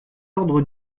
ordre